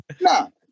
No